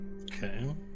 Okay